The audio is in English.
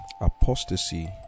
Apostasy